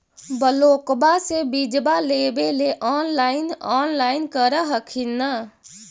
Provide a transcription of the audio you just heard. ब्लोक्बा से बिजबा लेबेले ऑनलाइन ऑनलाईन कर हखिन न?